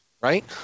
right